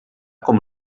com